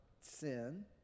sin